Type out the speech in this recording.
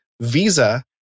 Visa